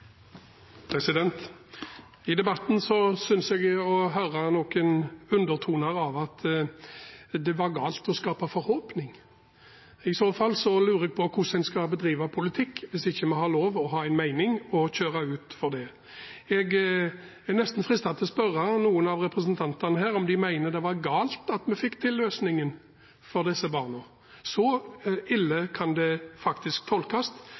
I debatten synes jeg å høre noen undertoner av at det var galt å skape forhåpning. I så fall lurer jeg på hvordan en skal bedrive politikk, hvis ikke vi har lov å ha en mening og kjøre på for det. Jeg er nesten fristet til å spørre noen av representantene her om de mener det var galt at vi fikk til løsningen for disse barna. Så ille kan det faktisk tolkes.